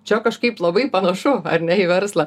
čia kažkaip labai panašu ar ne į verslą